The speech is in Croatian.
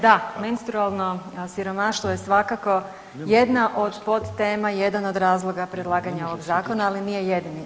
Da, menstrualno siromaštvo je svakako jedna od podtema, jedan od razloga predlaganja ovog zakona ali nije jedini.